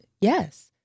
Yes